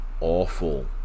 awful